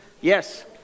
yes